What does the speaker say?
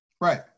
Right